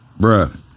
Bruh